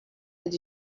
did